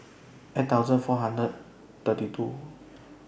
eight thousand four hundred thirty two